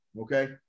okay